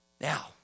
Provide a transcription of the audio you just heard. Now